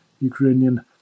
ukrainian